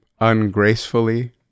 ungracefully